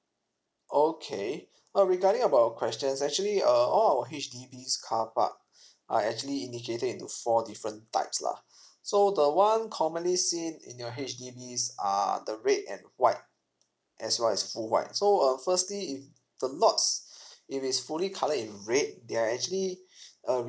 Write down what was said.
okay uh regarding about your questions actually err all our H_D_Bs car park are actually indicated into four different types lah so the one commonly seen in your H_D_Bs are the red and white as well as full white so uh firstly if the lots if it's fully coloured in red they are actually uh